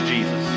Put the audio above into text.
Jesus